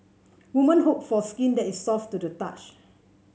women hope for skin that is soft to the touch